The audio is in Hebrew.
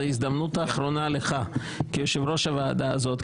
שזאת הזדמנות אחרונה לך כיושב-ראש הוועדה הזאת,